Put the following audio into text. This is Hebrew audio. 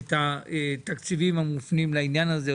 את התקציבים המופנים לעניין הזה,